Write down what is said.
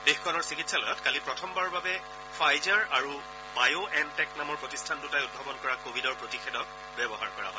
দেশখনৰ চিকিৎসালয়ত কালি প্ৰথমবাৰৰ বাবে ফাইজাৰ আৰু বায়' এন টেক নামৰ প্ৰতিষ্ঠান দুটাই উদ্ভাৱন কৰা কোৱিডৰ প্ৰতিষেধক ব্যৱহাৰ কৰা হয়